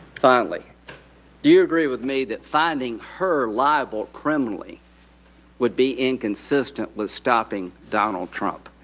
finally, do you agree with me that finding her liable criminally would be inconsistent with stopping donald trump?